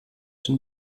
den